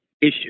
issue